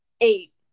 Eight